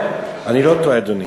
אני לא טועה, אדוני.